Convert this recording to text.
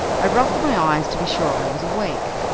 i rubbed my eyes to be sure i was awake,